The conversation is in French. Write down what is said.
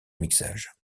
mixage